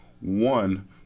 One